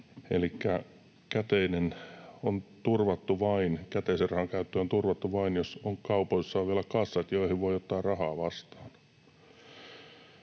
käteisen rahan käyttö on turvattu vain, jos kaupoissa on vielä kassat, joihin voi ottaa rahaa vastaan.